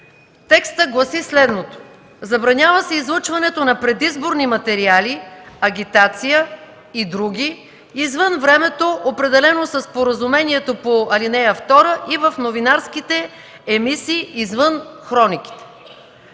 Той гласи: „Забранява се излъчването на предизборни материали, агитация и други извън времето, определено със споразумението по ал. 2, и в новинарските емисии извън хрониките.”